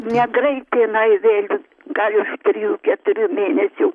negreit jinai vėl gal už trijų keturių mėnesių